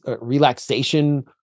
relaxation